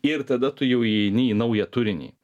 ir tada tu jau įeini į naują turinį